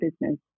business